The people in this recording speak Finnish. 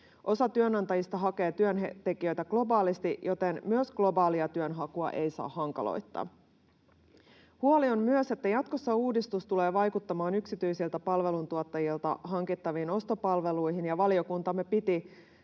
Osa työnantajista hakee työntekijöitä globaalisti, joten myöskään globaalia työnhakua ei saa hankaloittaa. Huoli on myös, että jatkossa uudistus tulee vaikuttamaan yksityisiltä palveluntuottajilta hankittaviin ostopalveluihin, ja valiokuntamme piti